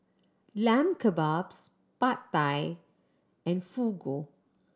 Lamb Kebabs Pad Thai and Fugu